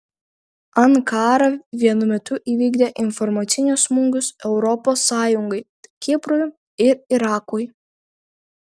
ankara vienu metu įvykdė informacinius smūgius europos sąjungai kiprui ir irakui